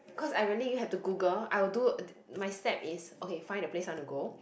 cause I really have to Google I'll do my step is okay find the place I want to go